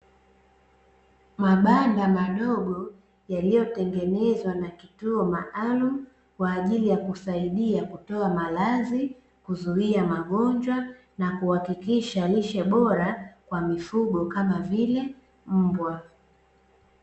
Mabanda madogo yaliyotengenezwa na kituo maalumu kwa ajili ya: kusaidia kutoa malazi, kuzuia magonjwa na kuhakikisha lishe bora; kwa mifugo kama vile mbwa.